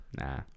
nah